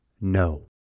no